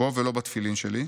בו ולא בתפילין שלי.